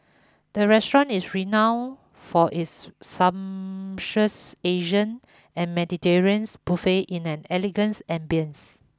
the restaurant is renowned for its sumptuous Asian and Mediterranean buffets in an elegance ambience